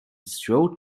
strode